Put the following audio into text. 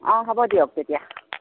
অঁ হ'ব দিয়ক তেতিয়া